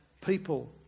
people